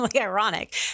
ironic